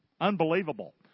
Unbelievable